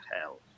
hell